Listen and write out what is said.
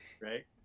right